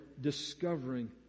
discovering